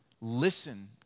listen